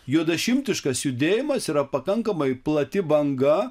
juodašimtiškas judėjimas yra pakankamai plati banga